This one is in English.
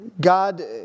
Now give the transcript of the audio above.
God